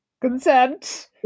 Consent